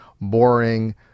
boring